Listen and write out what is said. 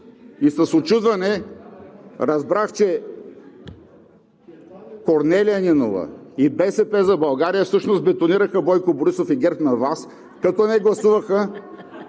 И с учудване разбрах, че Корнелия Нинова и „БСП за България“ всъщност бетонираха Бойко Борисов и ГЕРБ на власт (смях,